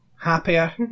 happier